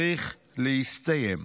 צריך להסתיים.